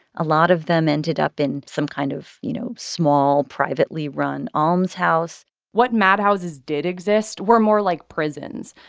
a lot of them ended up in some kind of you know small privately-run almshouse what madhouses did exist were more like prisons,